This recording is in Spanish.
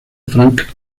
frank